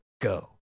go